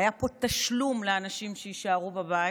היה פה תשלום לאנשים שיישארו בבית,